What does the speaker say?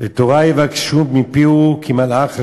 ותורה יבקשו מפיהו כי מלאך ה'